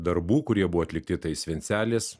darbų kurie buvo atlikti tai svencelės